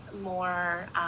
more